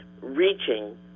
reaching